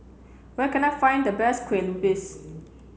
where can I find the best Kue Lupis